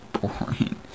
boring